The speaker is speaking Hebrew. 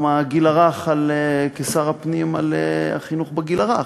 הגיל הרך כשר הפנים על החינוך בגיל הרך.